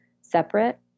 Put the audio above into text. separate